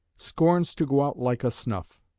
scorns to go out like a snuff.